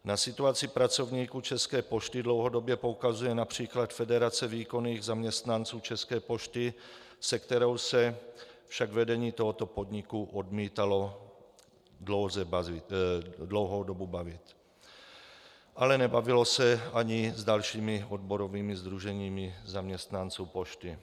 Na situaci pracovníků České pošty dlouhodobě poukazuje například Federace výkonných zaměstnanců České pošty, se kterou se však vedení tohoto podniku odmítalo dlouhou dobu bavit, nebavilo se ale ani s dalšími odborovými sdruženími zaměstnanců pošty.